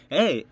Hey